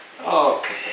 Okay